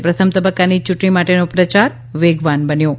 પ્રથમ તબક્કાની ચૂંટણી માટેનો પ્રચાર વેગવાન બન્યો છે